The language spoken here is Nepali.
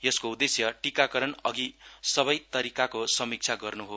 यसको उद्देश्य टीकाकरण अधि सबै तयारीको समिक्षा गर्न् हो